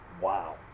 wow